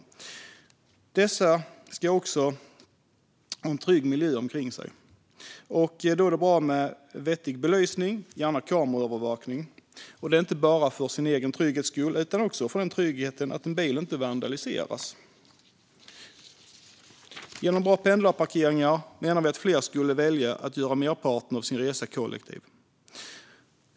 På dessa ska också miljön runt omkring kännas trygg, och då är det bra med vettig belysning och gärna kameraövervakning. Det är inte fråga om den egna tryggheten utan om tryggheten att bilen inte kommer att vandaliseras. Genom bra pendlarparkeringar menar vi att fler skulle välja att göra merparten av sin resa kollektiv.